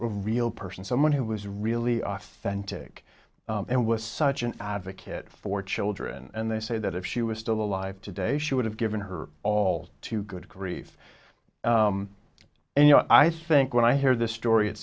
real person someone who was really off center and was such an advocate for children and they say that if she was still alive today she would have given her all too good grief and you know i think when i hear this story it